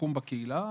שיקום בקהילה,